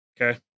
Okay